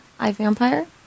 iVampire